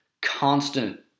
constant